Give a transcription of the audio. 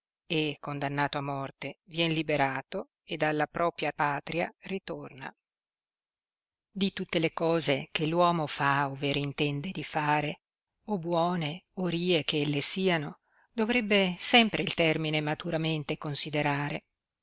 e condannato a morte vien liberato ed alla propia patria ritorna di tutte le cose che uomo fa over intende di fare o buone o rie che elle si siano doverebbe sempre il termine maturamente considerare